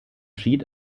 schied